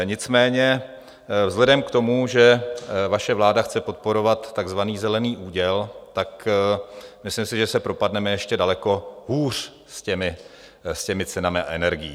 Nicméně vzhledem k tomu, že vaše vláda chce podporovat takzvaný Zelený úděl, tak myslím si, že se propadneme ještě daleko hůř s cenami energií.